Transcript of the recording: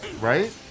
Right